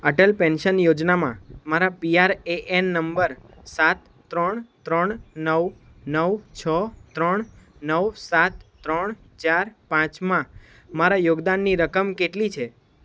Atal pension યોજનામાં મારા PRAN number સાત ત્રણ ત્રણ નવ નવ છ ત્રણ નવ સાત ત્રણ ચાર પાંચમાં મારા યોગદાનની રકમ કેટલી છે